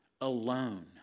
alone